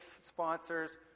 sponsors